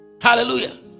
hallelujah